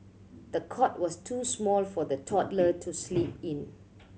the cot was too small for the toddler to sleep in